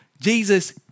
Jesus